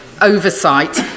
oversight